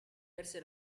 perse